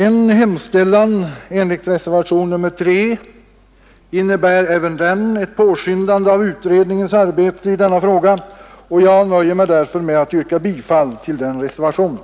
Den hemställan som reservationen 3 utmynnar i innebär även den ett påskyndande av utredningens arbete med pensionsåldersfrågan, och jag nöjer mig därför med att yrka bifall till den reservationen.